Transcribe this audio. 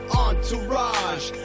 entourage